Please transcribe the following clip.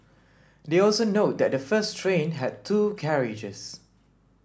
they also note that the first train had two carriages